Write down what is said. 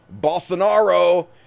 Bolsonaro